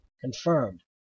confirmed